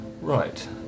Right